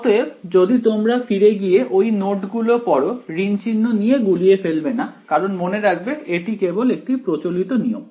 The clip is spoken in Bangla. অতএব যদি তোমরা ফিরে গিয়ে ওই নোটগুলো পড়ো ঋণ চিহ্ন নিয়ে গুলিয়ে ফেলবে না কারণ মনে রাখবে এটি কেবল একটি প্রচলিত নিয়ম